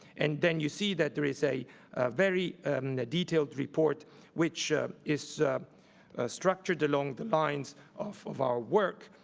and then you see that there is a very detailed report which is structured along the lines of our work,